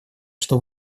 что